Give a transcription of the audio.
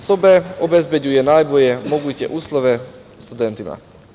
Sobe obezbeđuju najbolje moguće uslove studentima.